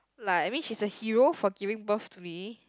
like I mean she is a hero for giving birth to me